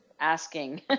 asking